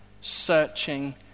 searching